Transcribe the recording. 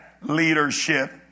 leadership